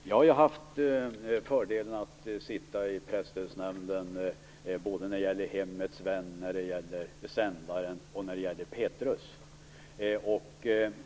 Herr talman! Jag har haft fördelen att sitta i Presstödsnämnden när man har tagit ställning till Hemmets Vän, Sändaren och Petrus.